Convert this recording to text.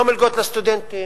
לא מלגות לסטודנטים,